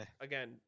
again